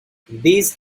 these